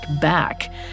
back